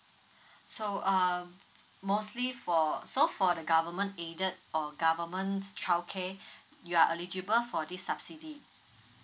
so um mostly for so for the government aided or government's childcare you are eligible for this subsidy